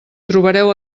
trobareu